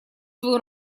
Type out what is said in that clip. свою